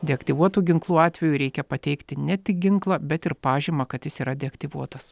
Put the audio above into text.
deaktyvuotų ginklų atveju reikia pateikti ne tik ginklą bet ir pažymą kad jis yra deaktyvuotas